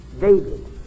David